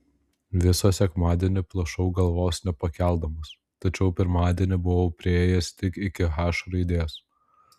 visą sekmadienį plušau galvos nepakeldamas tačiau pirmadienį buvau priėjęs tik iki h raidės